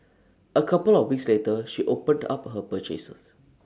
A couple of weeks later she opened up her purchases